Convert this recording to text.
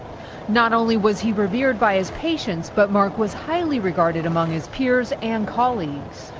not only was he revered by his patients but mark was highly regarded among his peers and colleagues.